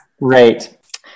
Right